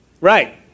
Right